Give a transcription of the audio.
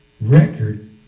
record